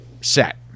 set